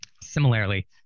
Similarly